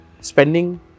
spending